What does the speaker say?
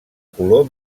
color